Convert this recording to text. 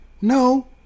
no